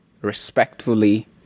respectfully